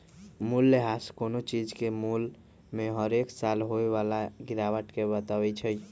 मूल्यह्रास कोनो चीज के मोल में हरेक साल होय बला गिरावट के बतबइ छइ